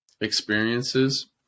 experiences